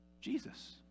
Jesus